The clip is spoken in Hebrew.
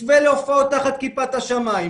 מתווה להופעות תחת כיפת השמיים,